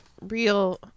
real